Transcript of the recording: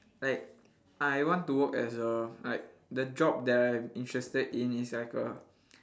like I want to work as a like the job that I am interested in is like a